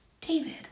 David